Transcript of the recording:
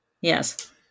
Yes